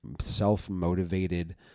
self-motivated